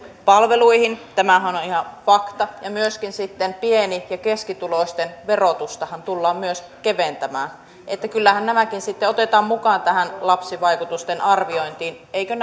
palveluihin tämähän on on ihan fakta ja pieni ja keskituloisten verotustahan tullaan myös keventämään kyllähän nämäkin sitten otetaan mukaan tähän lapsivaikutusten arviointiin eikö